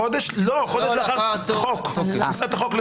חודש לאחר תחילת החוק.